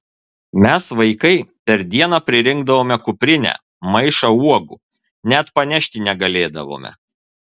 mes vaikai per dieną pririnkdavome kuprinę maišą uogų net panešti negalėdavome